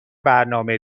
برنامه